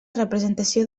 representació